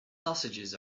sausages